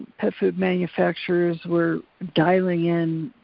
pet food manufacturers were dialing in